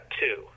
two